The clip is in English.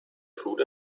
food